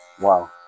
Wow